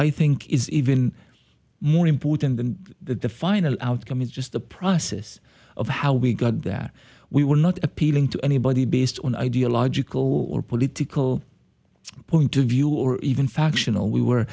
i think is even more important than the final outcome is just the process of how we got that we were not appealing to anybody based on ideological or political point of view or even factional we were